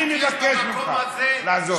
אני מבקש ממך לעזוב.